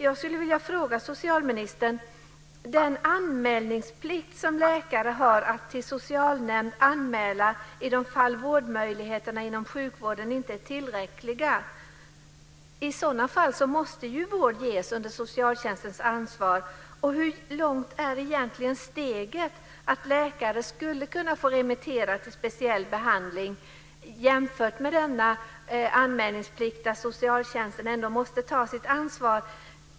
Jag skulle vilja ställa en fråga till socialministern om den anmälningsplikt som läkare har att till socialnämnd anmäla i de fall vårdmöjligheterna inom sjukvården inte är tillräckliga. I sådana fall måste ju vård ges under socialtjänstens ansvar. Hur långt är egentligen steget från denna anmälningsplikt, där socialtjänsten ändå måste ta sitt ansvar, till att läkare skulle kunna få remittera till speciell behandling?